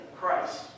Christ